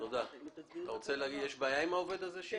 יש בעיה עם העובד הזה?